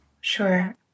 Sure